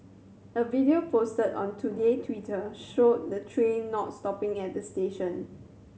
a video posted on Today Twitter showed the train not stopping at the station